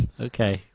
Okay